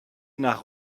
nach